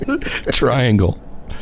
Triangle